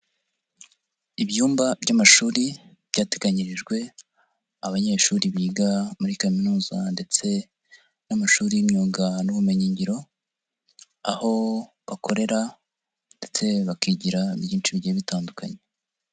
Ibyumba by'amashuri byateganyirijwe abanyeshuri biga muri kaminuza ndetse n'amashuri y'imyuga n'ubumenyingiro, aho bakorera ndetse bakigira byinshi bigiye bitandukanye.